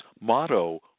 motto